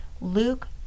Luke